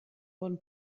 bon